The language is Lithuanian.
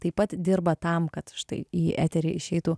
taip pat dirba tam kad štai į eterį išeitų